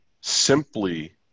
simply